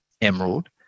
emerald